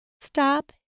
stop